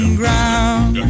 ground